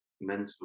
mental